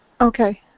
Okay